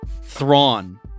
Thrawn